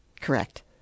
Correct